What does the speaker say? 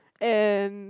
and